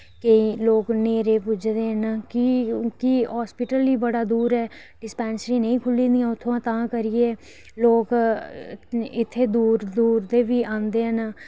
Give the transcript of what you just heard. केईं लोक न्हेरे पुज्जदे न की की हॉस्पिटल ई बड़ा दूर ऐ डिस्पैंसरियां नेईं खु'ल्ली दियां तां करियै लोक इत्थै दूर दूर दे बी आंदे न